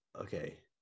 Okay